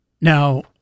Now